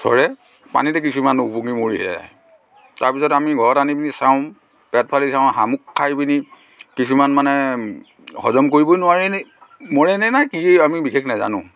চৰে পানীত কিছুমান ওপঙি মৰি যায় তাৰপিছত আমি ঘৰত আনি পিনে চাওঁ পেট ফালি চাওঁ শামুক খাই পিনে কিছুমান মানে হজম কৰিবই নোৱাৰে নে নোৱাৰেই নে কি আমি বিশেষ নাজানোঁ